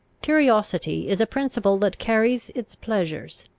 curiosity is a principle that carries its pleasures,